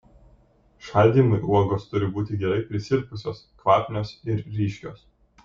šaldymui uogos turi būti gerai prisirpusios kvapnios ir ryškios